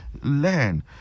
learn